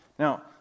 Now